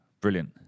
brilliant